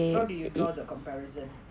how do you draw the comparison